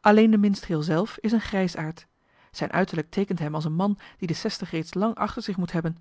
alleen de minstreel zelf is een grijsaard zijn uiterlijk teekent hem als een man die de zestig reeds lang achter zich moet hebben